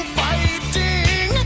fighting